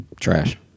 Trash